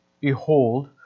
behold